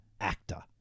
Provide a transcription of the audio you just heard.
actor